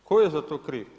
Tko je za to kriv?